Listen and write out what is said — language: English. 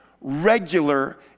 regular